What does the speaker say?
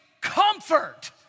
comfort